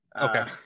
Okay